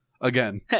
Again